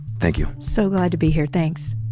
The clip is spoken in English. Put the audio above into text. thank you. so glad to be here. thanks.